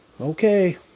Okay